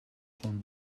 von